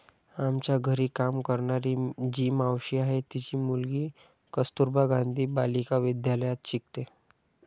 आमच्या घरी काम करणारी जी मावशी आहे, तिची मुलगी कस्तुरबा गांधी बालिका विद्यालयात शिकते